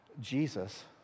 Jesus